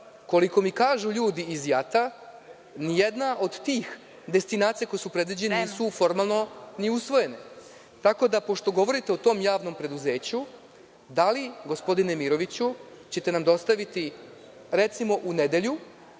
Koliko mi kažu ljudi iz JAT, nijedna od tih destinacija koje su predviđene nisu…(Predsedavajuća: Vreme.)…formalno ni usvojene. Tako da, pošto govorite o tom javnom preduzeću, da li, gospodine Miroviću, ćete nam dostaviti recimo u nedelju,